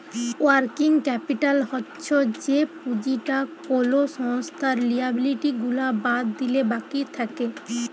working capital হচ্ছ যে পুঁজিটা কোলো সংস্থার লিয়াবিলিটি গুলা বাদ দিলে বাকি থাক্যে